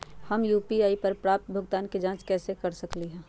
हम यू.पी.आई पर प्राप्त भुगतान के जाँच कैसे कर सकली ह?